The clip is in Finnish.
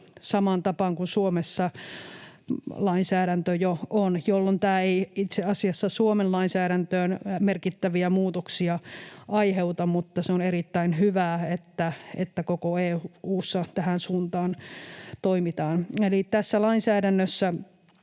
samaan tapaan kuin Suomessa lainsäädäntö jo on, jolloin tämä ei itse asiassa Suomen lainsäädäntöön merkittäviä muutoksia aiheuta, mutta se on erittäin hyvä, että koko EU:ssa toimitaan tähän suuntaan. Tässä lainsäädännössä